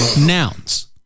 nouns